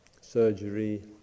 surgery